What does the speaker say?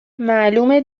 معلومه